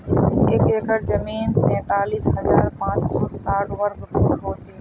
एक एकड़ जमीन तैंतालीस हजार पांच सौ साठ वर्ग फुट हो छे